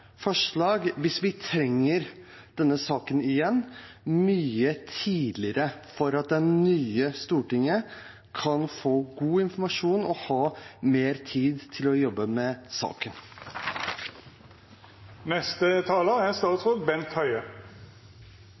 forslag, hvis vi trenger dette igjen, mye tidligere, slik at det nye stortinget kan få god informasjon og ha mer tid til å jobbe med saken. Det er